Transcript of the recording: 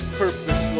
purpose